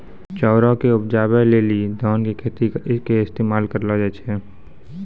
चाउरो के उपजाबै लेली धान के खेतो के इस्तेमाल करलो जाय छै